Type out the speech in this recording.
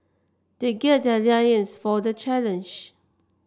they gird their loins for the challenge